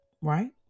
right